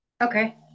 Okay